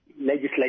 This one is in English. Legislative